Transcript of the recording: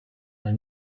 have